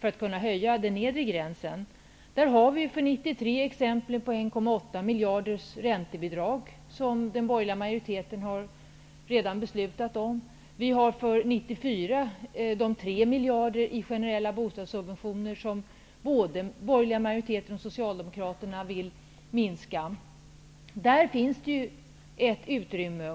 för att kunna höja den nedre gränsen. Det finns för 1993 exempelvis 1,8 miljarder kronor i räntebidrag som den borgerliga majoriteten redan har fattat beslut om, och för 1994 finns det 3 Dessa vill både den borgerliga majoriteten och Socialdemokraterna minska. Där finns ett utrymme.